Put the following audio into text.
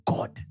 God